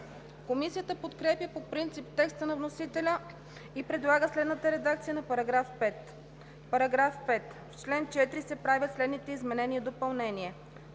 Комисията подкрепя по принцип текста на вносителя и предлага следната редакция на § 5: „§ 5. В чл. 4 се правят следните изменения и допълнения: